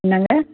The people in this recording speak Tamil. என்னங்க